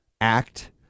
act